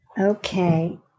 Okay